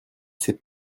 c’est